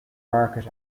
market